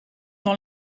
dans